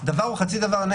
דבר וחצי דבר,